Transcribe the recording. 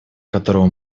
которого